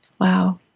Wow